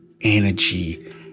energy